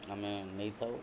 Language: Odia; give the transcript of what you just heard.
ଆମେ ନେଇଥାଉ